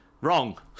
wrong